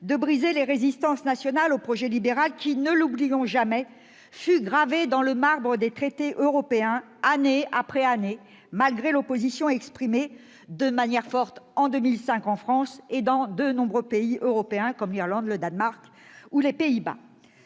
de briser les résistances nationales au projet libéral, qui- ne l'oublions jamais -fut gravé dans le marbre des traités européens année après année, malgré l'opposition exprimée de manière forte en 2005 en France et dans de nombreux pays européens comme l'Irlande, le Danemark ou les Pays-Bas.